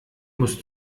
muss